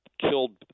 killed